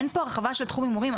אין פה הרחבה של תחום הימורים,